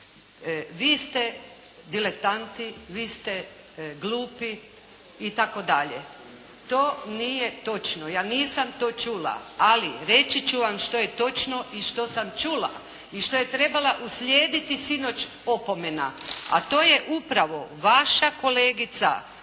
“vi ste diletanti, vi ste glupi itd.“ To nije točno. Ja nisam to čula. Ali reći ću vam što je točno i što sam čula i što je trebala uslijediti sinoć opomena, a to je upravo vaša kolegica